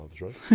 right